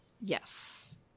Yes